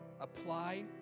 apply